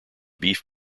beef